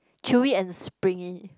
chewy and springy